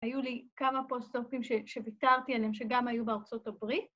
‫היו לי כמה פוסט-טופים שוויתרתי עליהם ‫שגם היו בארצות הברית.